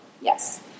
yes